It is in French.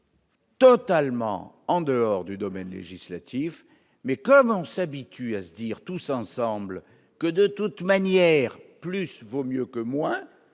Totalement en dehors du domaine législatif, mais comme on s'habitue à se dire tous ensemble que de toute manière plus vaut mieux que moi,